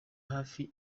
hafi